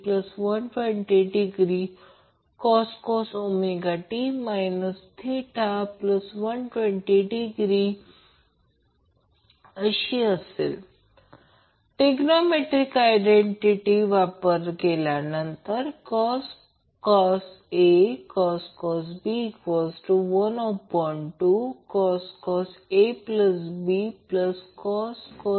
तर star connected लोडसाठी म्हणूनच हे I L I p आणि VL 3 Vp I p cos असे लिहिले जाऊ शकते याचा अर्थ ते प्रत्यक्षात 3 Vp I p cos आहे हे √ 3 म्हणून लिहिले जाऊ शकते तर तेथे √ 3 Vp लाईन व्होल्टेज ते VL आहे आणि हे I p I L कारण phase current line current star connected लोडसाठी असेल